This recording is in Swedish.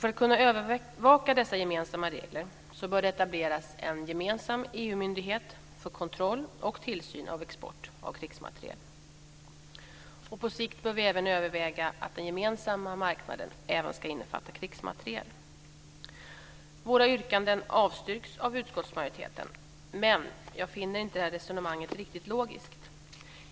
För att kunna övervaka dessa gemensamma regler bör det etableras en gemensam EU-myndighet för kontroll och tillsyn av export av krigsmateriel. På sikt bör vi även överväga att den gemensamma marknaden också ska innefatta krigsmateriel. Våra yrkanden avstyrks av utskottsmajoriteten, men jag finner inte resonemanget riktigt logiskt.